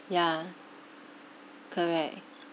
yeah correct